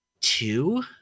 two